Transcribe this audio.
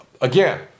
again